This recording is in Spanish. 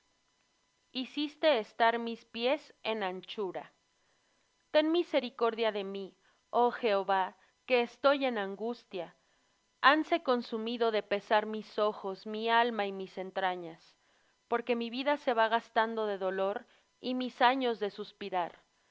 hiciste estar mis pies en anchura ten misericordia de mí oh jehová que estoy en angustia hanse consumido de pesar mis ojos mi alma y mis entrañas porque mi vida se va gastando de dolor y mis años de suspirar